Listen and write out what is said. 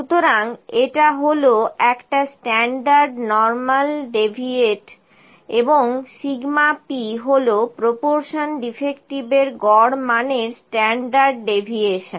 সুতরাং এটা হল একটা স্ট্যান্ডার্ড নর্মাল ডেভিয়েট এবং p হল প্রপরশন ডিটেকটিভের গড় মানের স্ট্যান্ডার্ড ডেভিয়েশন